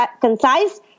concise